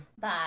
Bye